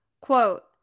quote